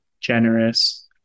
generous